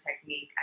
technique